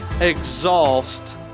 exhaust